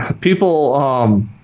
people